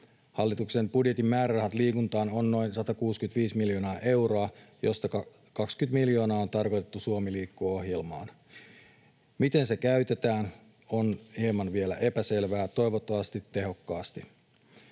Hallituksen budjetin määrärahat liikuntaan ovat noin 165 miljoonaa euroa, joista 20 miljoonaa on tarkoitettu Suomi liikkeelle ‑ohjelmaan. Miten se käytetään, on vielä hieman epäselvää — toivottavasti tehokkaasti.